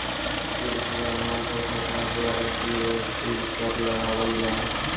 goods या माल पर सरकार द्वारा जी.एस.टी कर लगावल जा हय